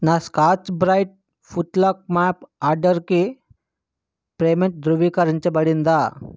నా Scotch Brite foot lock mop ఆర్డర్కి payment ధృవీకరించబడిందా